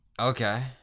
Okay